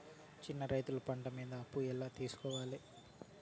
చిన్న రైతులు పంట మీద అప్పు ఎలా తీసుకోవాలి?